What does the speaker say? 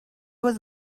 was